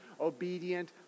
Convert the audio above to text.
obedient